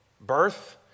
Birth